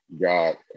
God